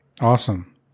Awesome